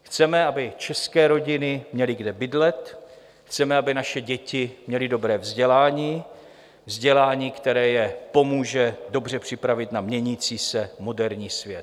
Chceme, aby české rodiny měly kde bydlet, chceme, aby naše děti měly dobré vzdělání vzdělání, které je pomůže dobře připravit na měnící se moderní svět.